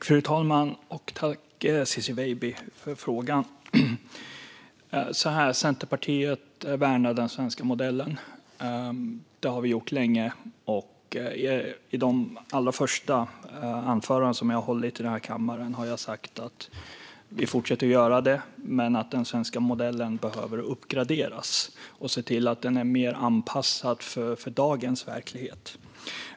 Fru talman! Tack, Ciczie Weidby, för frågan! Centerpartiet värnar den svenska modellen. Det har vi gjort länge. I de allra första anförandena som jag höll här i kammaren sa jag att vi fortsätter att göra det men att den svenska modellen behöver uppgraderas. Vi måste se till att den är mer anpassad för dagens verklighet.